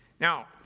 Now